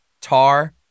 Tar